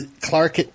Clark